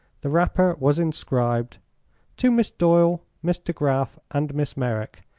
the wrapper was inscribed to miss doyle, miss de graf and miss merrick,